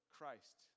Christ